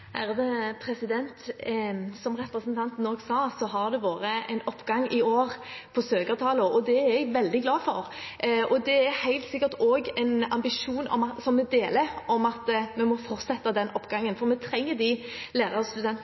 Som representanten også sa, har det i år vært en økning i søkertallet. Det er jeg veldig glad for, og vi deler helt sikkert også en ambisjon om at vi må fortsette den økningen, for vi trenger de lærerstudentene.